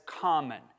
common